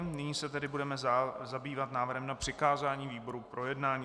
Nyní se tedy budeme zabývat návrhem na přikázání výborům k projednání.